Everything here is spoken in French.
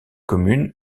commune